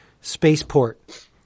spaceport